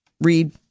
Read